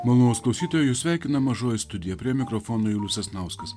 malonūs klausytojai jus sveikina mažoji studija prie mikrofono julius sasnauskas